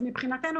מבחינתנו,